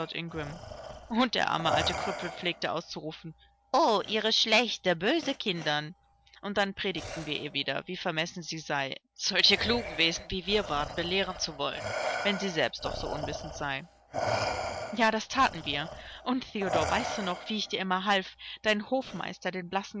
und der arme alte krüppel pflegte auszurufen o ihre schlechte böse kindern und dann predigten wir ihr wieder wie vermessen sie sei solche klugen wesen wie wir waren belehren zu wollen wenn sie selbst doch so unwissend sei ja das thaten wir und theodor weißt du noch wie ich dir immer half deinen hofmeister den